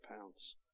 pounds